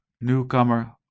newcomer